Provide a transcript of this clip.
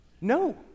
No